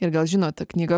ir gal žino ta knyga